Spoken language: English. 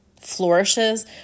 flourishes